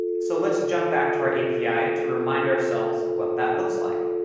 so let's jump back to our api to remind ourselves what that looks like.